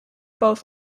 both